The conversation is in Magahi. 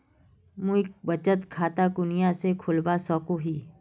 मुई बचत खता कुनियाँ से खोलवा सको ही?